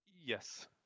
Yes